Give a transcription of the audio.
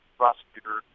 prosecutor